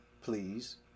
please